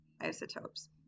isotopes